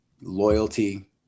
loyalty